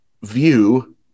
view